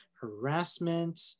harassment